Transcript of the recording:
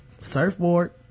surfboard